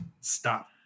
stop